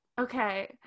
Okay